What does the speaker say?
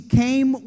came